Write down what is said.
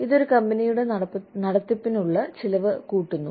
ഇത് ഒരു കമ്പനിയുടെ നടത്തിപ്പിനുള്ള ചെലവ് കൂട്ടുന്നു